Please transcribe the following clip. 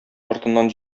артыннан